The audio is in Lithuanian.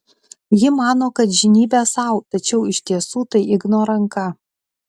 ji mano kad žnybia sau tačiau iš tiesų tai igno ranka